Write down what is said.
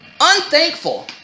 Unthankful